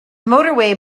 motorway